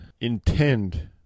intend